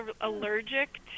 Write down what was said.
allergic